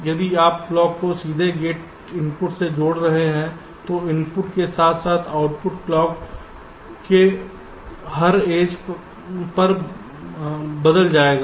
यदि आप क्लॉक को सीधे गेट इनपुट से जोड़ रहे हैं तो इनपुट के साथ साथ आउटपुट क्लॉक के हर एज पर बदल जाएगा